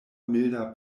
milda